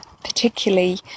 particularly